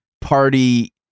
party